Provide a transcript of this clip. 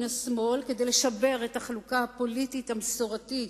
השמאל כדי לשבר את החלוקה הפוליטית המסורתית,